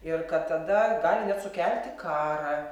ir kad tada gali net sukelti karą